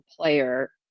player